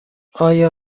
آیا